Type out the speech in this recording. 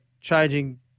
changing